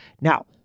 Now